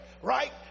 Right